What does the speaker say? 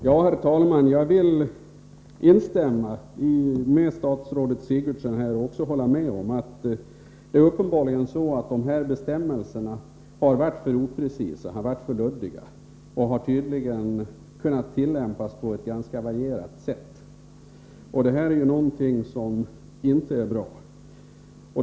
Herr talman! Jag håller med statsrådet Sigurdsen om att dessa bestämmelser uppenbarligen har varit mycket oprecisa och luddiga. De har tydligen kunnat tillämpas på ett ganska varierat sätt, vilket inte är bra.